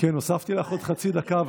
הוספתי לך עוד חצי דקה.